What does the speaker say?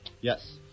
Yes